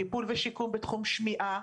טיפול ושיקום בתחום שמיעה,